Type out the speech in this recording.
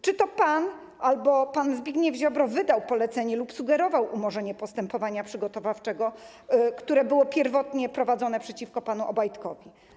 Czy to pan albo pan Zbigniew Ziobro wydał polecenie lub sugerował umorzenie postępowania przygotowawczego, które było pierwotnie prowadzone przeciwko panu Obajtkowi?